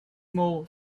more